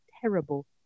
terrible